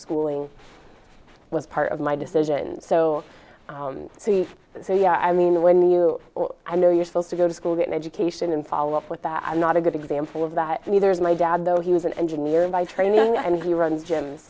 schooling was part of my decision so so so yeah i mean when you or i know you're supposed to go to school get an education and follow up with that i'm not a good example of that neither is my dad though he was an engineer by training and he runs gyms